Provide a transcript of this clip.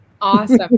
Awesome